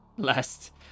Last